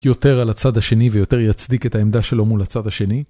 יותר על הצד השני ויותר יצדיק את העמדה שלו מול הצד השני.